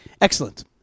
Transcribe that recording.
Excellent